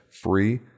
free